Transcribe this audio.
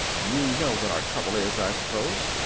you know what our trouble is, i suppose?